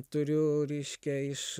turiu reiškia iš